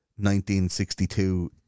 1962